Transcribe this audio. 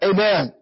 Amen